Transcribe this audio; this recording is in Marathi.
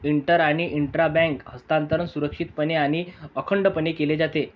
इंटर आणि इंट्रा बँक हस्तांतरण सुरक्षितपणे आणि अखंडपणे केले जाते